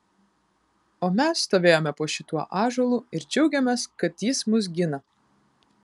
o mes stovėjome po šituo ąžuolu ir džiaugėmės kad jis mus gina